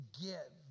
get